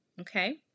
okay